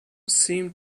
seemed